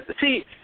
see